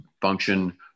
function